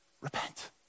repent